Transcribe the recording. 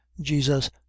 jesus